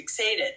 fixated